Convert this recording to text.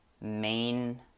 main